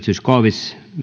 zyskowicz